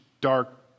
dark